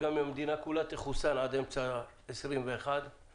וגם אם המדינה כולה תחוסן עד אמצע 2021 עדיין